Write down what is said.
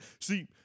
see